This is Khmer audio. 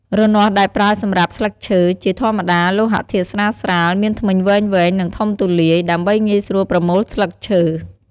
រនាស់ដែលប្រើសម្រាប់ស្លឹកឈើ ជាធម្មតាលោហធាតុស្រាលៗ មានធ្មេញវែងៗ និងធំទូលាយ ដើម្បីងាយស្រួលប្រមូលស្លឹកឈើ។